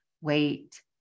wait